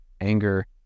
anger